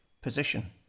position